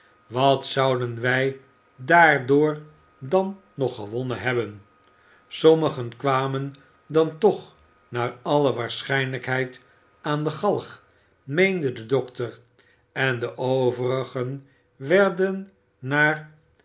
wat zouden wij daardoor dan nog gewonnen hebben sommigen kwamen dan toch naar alle waarschijnlijkheid aan de galg meende de dokter en de overigen werden naar